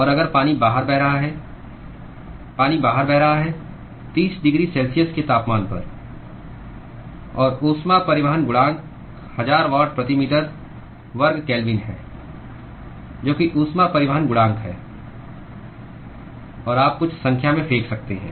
और अगर पानी बाहर बह रहा है पानी बाहर बह रहा है 30 डिग्री सेल्सियस के तापमान पर और ऊष्मा परिवहन गुणांक 1000 वाट प्रति मीटर वर्ग केल्विन है जो कि ऊष्मा परिवहन गुणांक है और आप कुछ संख्या में फेंक सकते हैं